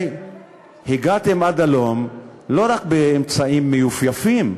הרי הגעתם עד הלום לא רק באמצעים מיופייפים,